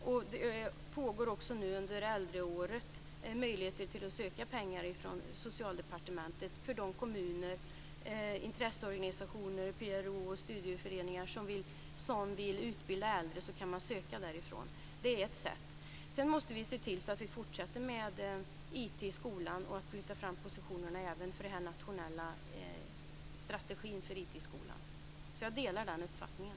Det finns också under äldreåret möjlighet att söka pengar från Socialdepartementet för kommuner, intresseorganisationer, PRO och studieföreningar som vill utbilda äldre. Det är ett sätt. Sedan måste vi se till att fortsätta med IT i skolan och flytta fram positionerna även för den nationella strategin för IT i skolan. Jag delar den uppfattningen.